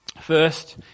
First